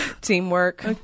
Teamwork